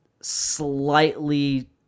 slightly